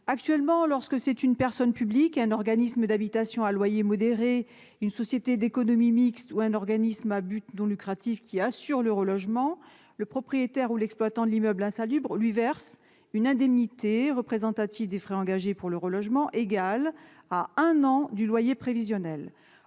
le relogement est assuré par une personne publique, un organisme d'habitation à loyer modéré, une société d'économie mixte ou un organisme à but non lucratif, le propriétaire ou l'exploitant de l'immeuble insalubre lui verse une indemnité représentative des frais engagés pour le relogement égale à un an du loyer prévisionnel.